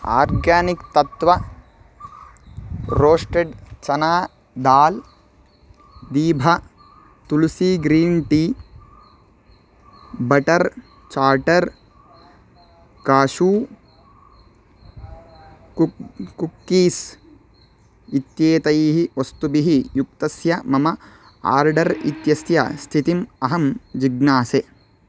organic तत्त्व roasted chana dal दीभा tulsi green tea butter चाटर् काशु कुक् कुक्कीस् इत्येतैः वस्तुभिः युक्तस्य मम आर्डर् इत्यस्य स्थितिम् अहं जिज्ञासे